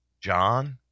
John